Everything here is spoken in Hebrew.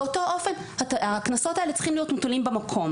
באותו אופן הקנסות האלה צריכים להיות מוטלים במקום.